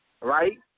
right